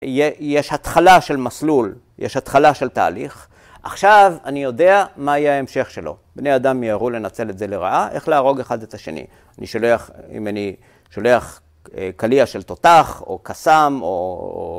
‫יש התחלה של מסלול, ‫יש התחלה של תהליך. ‫עכשיו אני יודע מה יהיה ההמשך שלו. ‫בני אדם ימהרו לנצל את זה לרעה, ‫איך להרוג אחד את השני? ‫אני שולח, אם אני שולח קליע ‫של תותח או קאסם או...